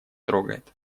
трогает